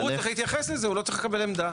הוא צריך להתייחס לזה, הוא לא צריך לקבל עמדה.